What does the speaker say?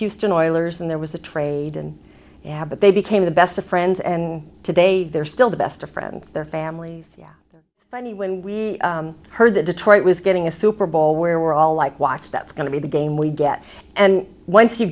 houston oilers and there was a trade and yeah but they became the best of friends and today they're still the best of friends their families money when we heard that detroit was getting a super bowl where we're all like watch that's going to be the game we get and once you